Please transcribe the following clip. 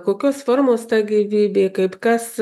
kokios formos ta gyvybė kaip kas